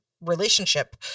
relationship